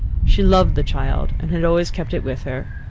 she loved the child, and had always kept it with her.